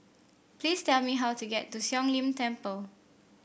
please tell me how to get to Siong Lim Temple